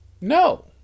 No